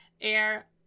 Air